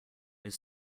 were